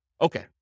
Okay